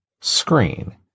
screen